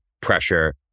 pressure